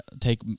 take